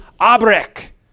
abrek